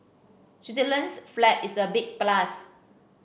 Switzerland's flag is a big plus